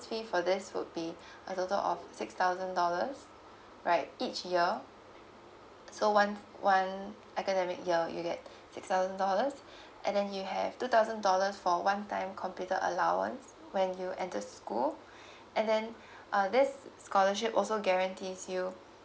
fees for this would be a total of six thousand dollars right each year so one one academic year you get six thousand dollars and then you have two thousand dollars for one time computer allowance when you at the school and then uh this scholarship also guarantees you